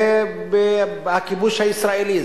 זה הכיבוש הישראלי,